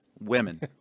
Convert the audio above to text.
women